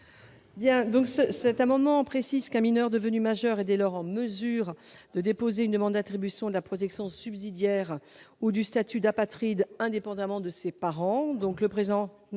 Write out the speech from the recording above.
Jacqueline Eustache-Brinio. Un mineur devenu majeur est en mesure de déposer une demande d'attribution de la protection subsidiaire ou du statut d'apatride indépendamment de ses parents.